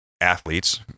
athletes